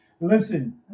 Listen